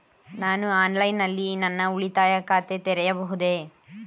ನಾನು ಆನ್ಲೈನ್ ನಲ್ಲಿ ನನ್ನ ಉಳಿತಾಯ ಖಾತೆ ತೆರೆಯಬಹುದೇ?